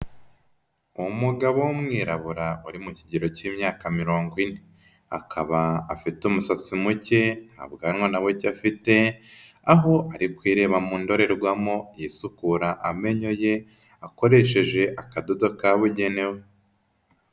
Umugabo w'umwirabura uri mu kigero k'imyaka mirongo ine. Akaba afite umusatsi muke nta bwanwa na buke afite, aho ari kwireba mu ndorerwamo yisukura amenyo ye akoresheje akadodo kabugenewe.